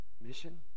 mission